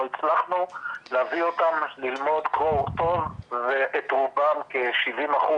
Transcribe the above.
הצלחנו להביא אותם ללמוד קרוא וכתוב ואת רובם כ-70%,